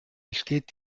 besteht